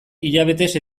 hilabetez